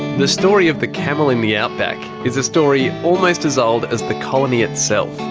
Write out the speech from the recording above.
the story of the camel in the outback is a story almost as old as the colony itself.